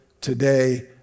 today